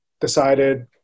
decided